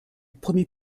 premier